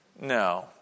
No